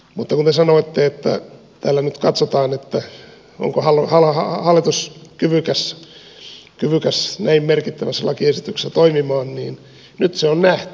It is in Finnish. mutta kun te sanoitte että tällä nyt katsotaan onko hallitus kyvykäs näin merkittävässä lakiesityksessä toimimaan niin nyt se on nähty